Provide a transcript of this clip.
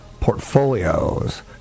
portfolios